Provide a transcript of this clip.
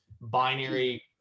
Binary